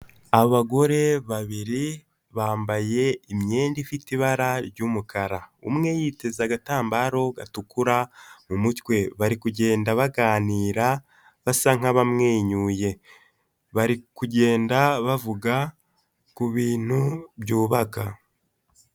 Abagore babiri bambaye imyenda ifite ibara ry'umukara, umwe yiteza agatambaro gatukura mu mutwe, bari kugenda baganira basa nk'abamwenyuye, bari kugenda bavuga ku bintu byubaka.